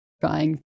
trying